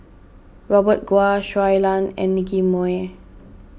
Robert Goh Shui Lan and Nicky Moey